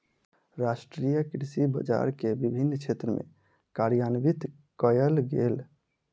राष्ट्रीय कृषि बजार के विभिन्न क्षेत्र में कार्यान्वित कयल गेल